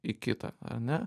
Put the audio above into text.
į kitą ar ne